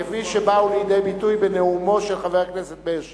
כפי שבאו לידי ביטוי בנאומו של חבר הכנסת מאיר שטרית.